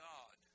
God